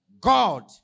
God